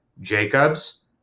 Jacobs